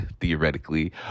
theoretically